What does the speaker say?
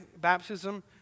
baptism